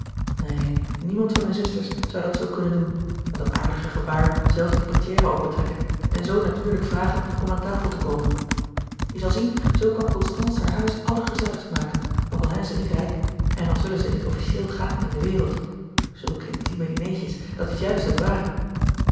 neen niemand van mijn zusters zoû dat zoo kunnen doen met dat aardige gebaar zelf die portière opentrekken en zoo natuurlijk vragen om aan tafel te komen je zal zien zoo kan constance haar huis allergezelligst maken ook al zijn ze niet rijk en al zullen ze niet officieel gaan in de wereld zulke intieme dinertjes dat is juist het ware